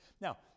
Now